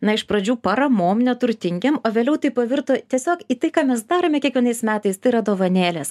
na iš pradžių paramom neturtingiem o vėliau tai pavirto tiesiog į tai ką mes darome kiekvienais metais tai yra dovanėlės